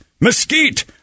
mesquite